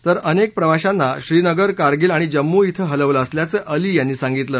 तर अनेक प्रवाशांना श्रीनगर कारगील आणि जम्मू इथं हलवलं असल्याचं अली यांनी सांगितलं